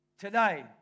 today